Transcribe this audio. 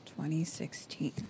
2016